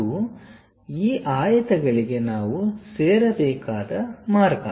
ಅದು ಈ ಆಯತಗಳಿಗೆ ನಾವು ಸೇರಬೇಕಾದ ಮಾರ್ಗ